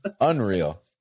Unreal